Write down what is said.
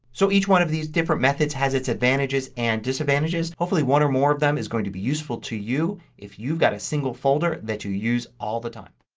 so each one of these different methods has its advantages and disadvantages. hopefully one or more of them is going to be useful to you if you've got a single folder that you use use all the time.